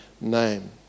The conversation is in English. name